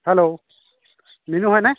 hello Binu হয়নে